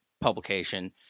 publication